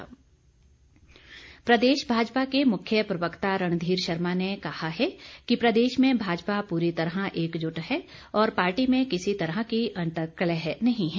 रणधीर प्रदेश भाजपा के मुख्य प्रवक्ता रणधीर शर्मा ने कहा है कि प्रदेश में भाजपा पूरी तरह एकजुट है और पार्टी में किसी तरह की अंर्तकलह नही है